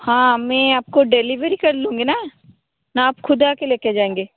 हाँ मैं आपको डिलीवरी कर लूंगी ना ना आप खुद आकर लेकर जाएंगे